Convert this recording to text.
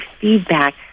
feedback